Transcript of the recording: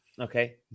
Okay